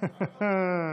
בגלל זה.